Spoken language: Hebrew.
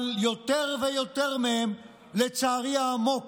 אבל יותר ויותר מהם, לצערי העמוק,